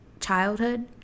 childhood